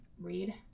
read